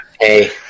Hey